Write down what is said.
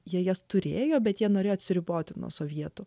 jie jas turėjo bet jie norėjo atsiriboti nuo sovietų